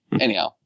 Anyhow